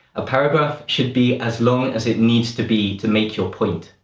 a paragraph should be as long as it needs to be to make your point.